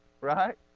right